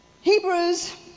Hebrews